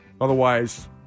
Otherwise